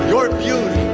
your beauty